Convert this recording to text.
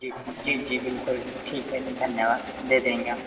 जी जी जी बिल्कुल ठीक है धन्यवाद दे देंगे हम